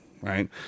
right